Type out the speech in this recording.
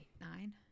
nine